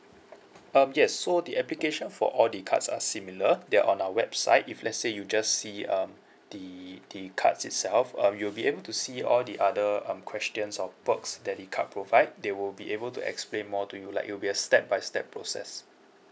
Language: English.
um yes so the application for all the cards are similar they are on our website if let's say you just see um the the cards itself um you'll be able to see all the other um questions or perks that the card provide they will be able to explain more to you like it'll be a step by step process